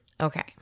Okay